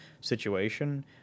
situation